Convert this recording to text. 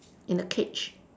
in a cage